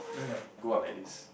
like go up like this